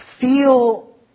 Feel